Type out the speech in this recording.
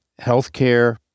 healthcare